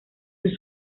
sus